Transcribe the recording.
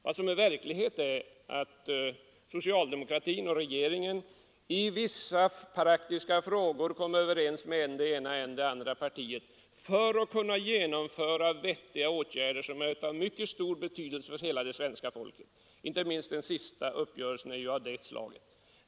Vad som är verklighet är att socialdemokraterna och regeringen i vissa praktiska frågor kommer överens med än det ena, än det andra partiet för att kunna genomföra vettiga åtgärder som är av mycket stor betydelse för hela det svenska folket. Den senaste uppgörelsen är inte minst av det slaget.